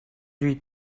read